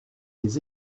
les